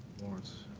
lawrence.